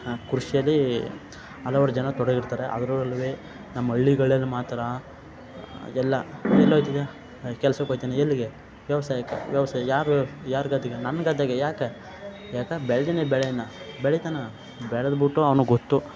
ಕೃಷಿಯಲ್ಲಿ ಹಲವಾರು ಜನ ತೊಡಗಿರ್ತಾರೆ ಆದ್ರೆ ಅಲ್ಲೂ ನಮ್ಮ ಹಳ್ಳಿಗಳಲ್ಲಿ ಮಾತ್ರ ಎಲ್ಲ ಎಲ್ಲಿ ಹೋಯ್ತಿದ್ಯಾ ಕೆಲಸಕ್ಕೆ ಹೋಯ್ತಿನಿ ಎಲ್ಲಿಗೆ ವ್ಯವಸಾಯಕ್ಕೆ ವ್ಯವಸಾಯ ಯಾರು ವ್ಯ ಯಾರು ಗದ್ದೆಗೆ ನನ್ನ ಗದ್ದೆಗೆ ಯಾಕೆ ಯಾಕೆ ಬೆಳೆದೀನಿ ಬೆಳೆಯನ್ನಾ ಬೆಳಿತಾನಾ ಬೆಳೆದುಬುಟ್ಟು ಅವನಿಗೊತ್ತು